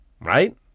Right